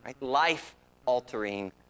life-altering